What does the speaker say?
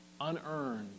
unearned